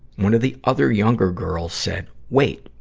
one of the other younger girls said, wait.